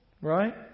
right